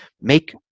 make